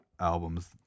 albums